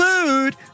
Food